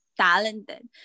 talented